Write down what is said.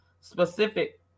specific